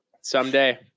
someday